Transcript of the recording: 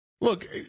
look